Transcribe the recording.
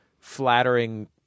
flattering